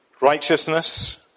Righteousness